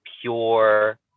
pure